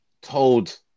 told